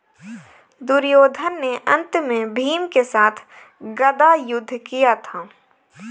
दुर्योधन ने अन्त में भीम के साथ गदा युद्ध किया था